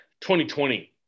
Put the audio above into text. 2020